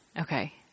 Okay